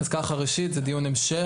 ראשית, זה דיון המשך.